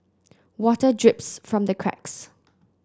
water drips from the cracks